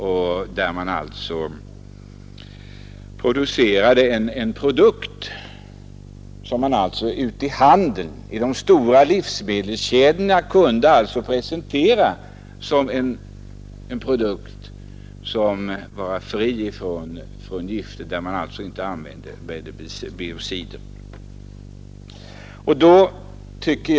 Och man åstadkom produkter som ute i handeln, i de stora livsmedelskedjorna, kunde presenteras som fria från gifter, eftersom man alltså inte använde biocider.